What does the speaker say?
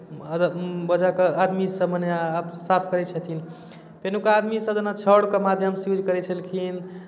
आदमीसभ मने आब साफ करै छथिन पहिनुका आदमीसभ जेना छाउरके माध्यमसँ यूज करै छलखिन